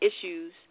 issues